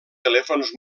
telèfons